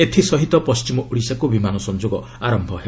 ଏଥିସହିତ ପଣ୍ଢିମ ଓଡ଼ିଶାକ୍ତ ବିମାନ ସଂଯୋଗ ଆରମ୍ଭ ହେବ